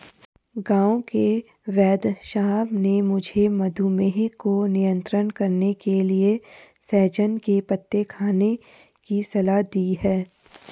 गांव के वेदसाहब ने मुझे मधुमेह को नियंत्रण करने के लिए सहजन के पत्ते खाने की सलाह दी है